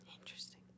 Interesting